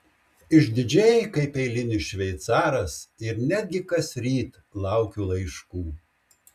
išdidžiai kaip eilinis šveicaras ir netgi kasryt laukiu laiškų